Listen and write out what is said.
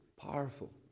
powerful